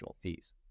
fees